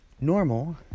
Normal